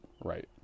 right